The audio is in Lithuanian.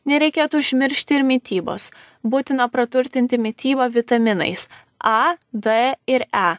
nereikėtų užmiršti ir mitybos būtina praturtinti mitybą vitaminais a d ir e